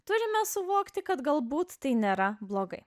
turime suvokti kad galbūt tai nėra blogai